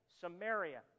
Samaria